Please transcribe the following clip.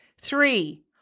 Three